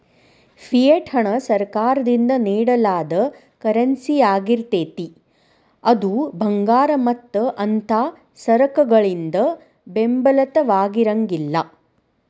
fiat ಹಣ ಸರ್ಕಾರದಿಂದ ನೇಡಲಾದ ಕರೆನ್ಸಿಯಾಗಿರ್ತೇತಿ ಅದು ಭಂಗಾರ ಮತ್ತ ಅಂಥಾ ಸರಕಗಳಿಂದ ಬೆಂಬಲಿತವಾಗಿರಂಗಿಲ್ಲಾ